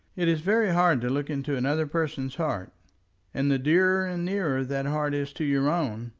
it is very hard to look into another person's heart and the dearer and nearer that heart is to your own,